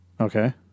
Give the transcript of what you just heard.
Okay